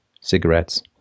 cigarettes